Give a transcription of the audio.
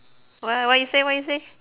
wha~ what you say what you say